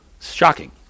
Shocking